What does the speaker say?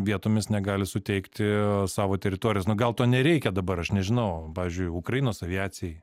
vietomis negali suteikti savo teritorijos na gal to nereikia dabar aš nežinau pavyzdžiui ukrainos aviacijai